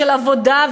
של עבודה,